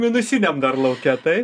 minusiniam dar lauke tai